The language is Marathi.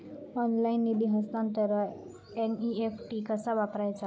ऑनलाइन निधी हस्तांतरणाक एन.ई.एफ.टी कसा वापरायचा?